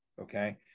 Okay